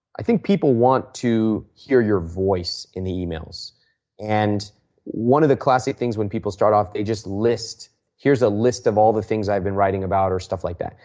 i think people want to hear your voice in the emails and one of the classic things when people start off, they just list here is a list of all the things i have been writing about or stuff like that.